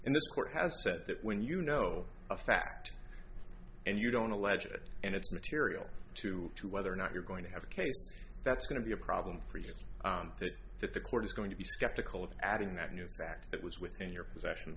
in this court has said that when you know a fact and you don't allege it and it's material to to whether or not you're going to have a case that's going to be a problem for you that the court is going to be skeptical of adding that new fact that was within your possession